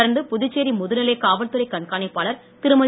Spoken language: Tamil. தொடர்ந்து புதுச்சேரி முதுநிலை காவல்துறை கண்காணிப்பாளர் திருமதி